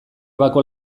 bako